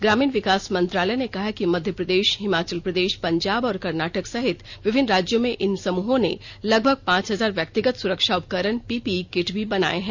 ग्रामीण विकास मंत्रालय ने कहा है कि मध्य प्रदेश हिमाचल प्रदेश पंजाब और कर्नाटक सहित विभिन्न राज्यों में इन समूहों ने लगभग पांच हजार व्यक्तिगत सुरक्षा उपकरण पीपीई किट भी बनाए हैं